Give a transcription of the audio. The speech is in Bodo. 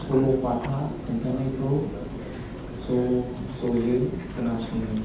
सल' बाथा खोन्थानायखौ ज' जयै खोना सङो